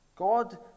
God